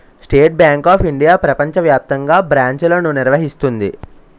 state Bank of India ప్రపంచ వ్యాప్తంగా బ్రాంచ్లను నిర్వహిస్తుంది